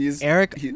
Eric